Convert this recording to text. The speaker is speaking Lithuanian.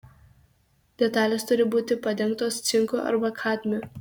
detalės turi būti padengtos cinku arba kadmiu